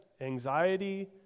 anxiety